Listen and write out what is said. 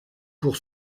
pour